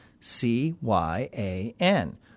C-Y-A-N